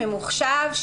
ממוחשב,